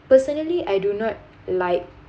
personally I do not like